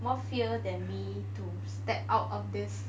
more fear than me to step out of this